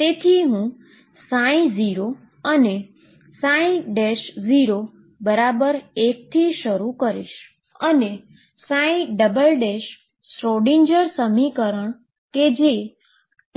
તેથી હું ψ અને 1 થી શરૂ કરીશ અને શ્રોડિંજર સમીકરણ જે